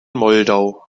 moldau